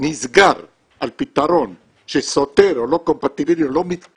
נסגר על פתרון שסותר או לא מתכתב,